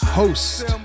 host